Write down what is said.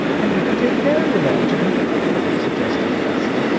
and we can take mary along to do the cooking, suggested patsy,